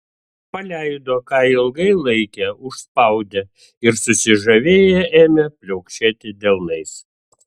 paleido ką ilgai laikė užspaudę ir susižavėję ėmė pliaukšėti delnais